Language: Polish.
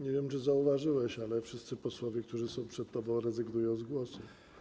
Nie wiem, czy zauważyłeś, ale wszyscy posłowie, którzy są przed tobą, rezygnują z głosu.